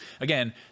again